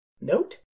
Note